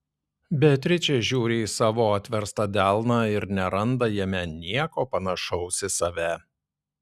beatričė žiūri į savo atverstą delną ir neranda jame nieko panašaus į save